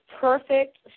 perfect